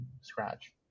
scratch